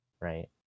right